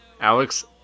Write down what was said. Alex